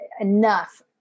enough